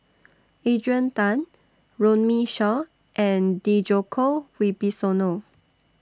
Adrian Tan Runme Shaw and Djoko Wibisono